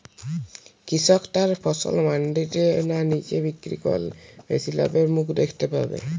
কৃষক তার ফসল মান্ডিতে না নিজে বিক্রি করলে বেশি লাভের মুখ দেখতে পাবে?